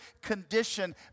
condition